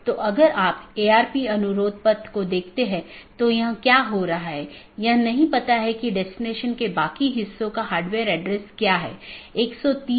तो AS के भीतर BGP का उपयोग स्थानीय IGP मार्गों के विज्ञापन के लिए किया जाता है